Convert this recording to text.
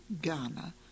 Ghana